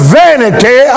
vanity